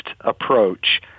approach